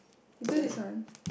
do this one